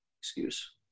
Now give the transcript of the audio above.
excuse